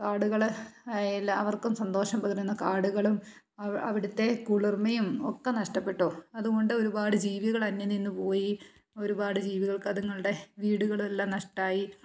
കാടുകൾ എല്ലാവർക്കും സന്തോഷം പകരുന്ന കാടുകളും അവിടുത്തെ കുളിർമ്മയും ഒക്കെ നഷ്ടപ്പെട്ടു അതുകൊണ്ട് ഒരുപാട് ജീവികൾ അന്യം നിന്നുപോയി ഒരുപാട് ജീവികൾക്ക് അതുങ്ങളുടെ വീടുകളുമെല്ലാം നഷ്ടമായി